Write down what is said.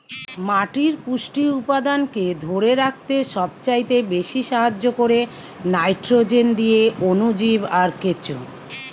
মাটির পুষ্টি উপাদানকে ধোরে রাখতে সবচাইতে বেশী সাহায্য কোরে নাইট্রোজেন দিয়ে অণুজীব আর কেঁচো